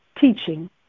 teaching